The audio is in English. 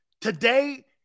today